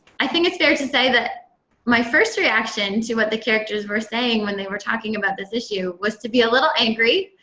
i think it's fair to say that my first reaction to what the characters were saying when they were talking about this issue was to be a little angry.